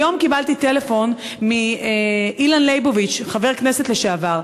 היום קיבלתי טלפון מאילן ליבוביץ, חבר כנסת לשעבר.